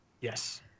Yes